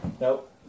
Nope